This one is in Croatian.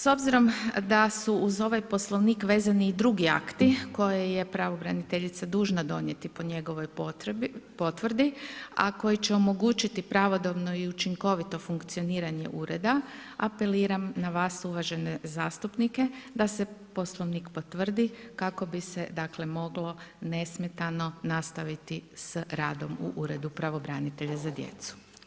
S obzirom da su uz Poslovnik vezani i drugi akti koje je pravobraniteljica dužna donijeti po njegovoj potvrdi a koji će omogućiti pravodobno i učinkovito funkcioniranje ureda, apeliram na nas uvažene zastupnike da se Poslovnik potvrdi kako bi se moglo nesmetano nastaviti s radom u Uredu pravobranitelja za djecu.